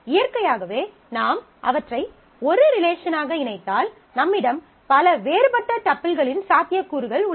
இயற்கையாகவே நாம் அவற்றை ஒரு ரிலேஷனாக இணைத்தால் நம்மிடம் பல வேறுபட்ட டப்பில்களின் சாத்தியக்கூறுகள் உள்ளன